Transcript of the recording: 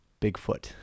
Bigfoot